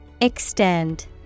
Extend